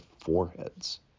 foreheads